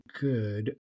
good